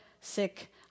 sick